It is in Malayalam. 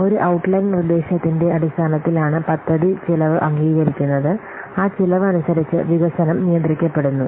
ഒരു ഔട്ട്ലൈൻ നിർദ്ദേശത്തിന്റെ അടിസ്ഥാനത്തിലാണ് പദ്ധതി ചെലവ് അംഗീകരിക്കുന്നത് ആ ചെലവ് അനുസരിച്ച് വികസനം നിയന്ത്രിക്കപ്പെടുന്നു